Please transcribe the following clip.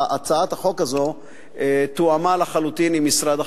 והצעת החוק הזאת תואמה לחלוטין עם משרד החקלאות.